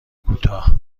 کوتاه